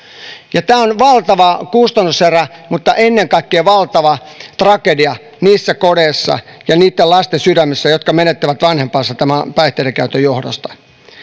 tämä on valtava kustannuserä mutta ennen kaikkea valtava tragedia niissä kodeissa ja niitten lasten sydämissä jotka menettävät vanhempansa päihteiden käytön johdosta